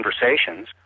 conversations